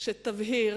שתבהיר